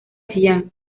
chillán